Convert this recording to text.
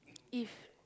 if